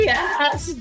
Yes